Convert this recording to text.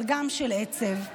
אבל גם של עצב.